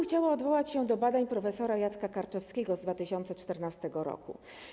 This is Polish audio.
Chciałabym odwołać się to badań prof. Jacka Karczewskiego z 2014 r.